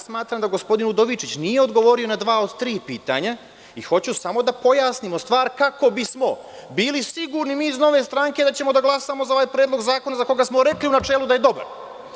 Smatram da gospodin Udovičić nije odgovorio na dva od tri pitanja i hoću samo da pojasnimo stvar kako bi smo bili sigurni mi iz nove stranke da ćemo da glasamo za ovaj predlog zakona za koji smo rekli u načelu da je dobar.